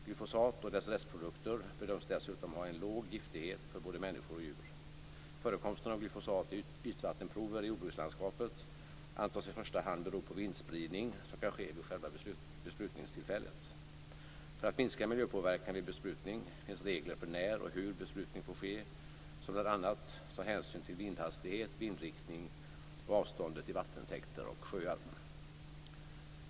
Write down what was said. Glyfosat och dess restprodukter bedöms dessutom ha en låg giftighet för både människor och djur. Förekomsten av glyfosat i ytvattenprover i jordbrukslandskapet antas i första hand bero på vindspridning som kan ske vid själva besprutningstillfället. För att minska miljöpåverkan vid besprutning finns regler för när och hur besprutning får ske som bl.a. tar hänsyn till vindhastighet, vindriktning och avståndet till vattentäkter och sjöar.